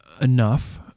enough